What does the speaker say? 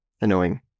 Annoying